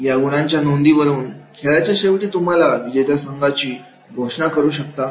या गुणाच्या नोंदीवरून खेळाच्या शेवटी तुम्ही विजेत्या संघाची घोषणा करू शकता